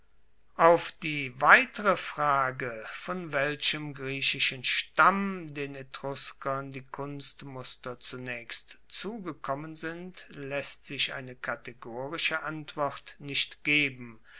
auf die weitere frage von welchem griechischen stamm den etruskern die kunstmuster zunaechst zugekommen sind laesst sich eine kategorische antwort nicht geben